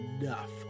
enough